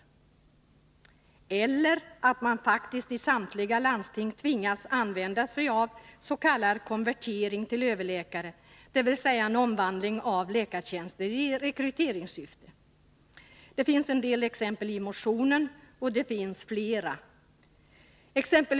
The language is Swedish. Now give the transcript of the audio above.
Vidare är det inte försvarbart att man faktiskt i samtliga landsting tvingas använda sig av s.k. konvertering till överläkare, dvs. omvandling av läkartjänster i rekryteringssyfte. Det ges en del exempel i motionen, men det finns fler.